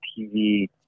TV